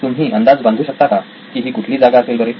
तुम्ही अंदाज बांधू शकता का की ही कुठली जागा असेल बरे